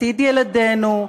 עתיד ילדינו,